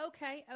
Okay